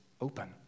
open